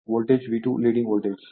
voltage V2 leading voltage